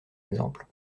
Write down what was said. exemple